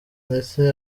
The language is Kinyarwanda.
ndetse